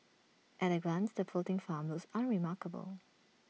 at A glance the floating farms unremarkable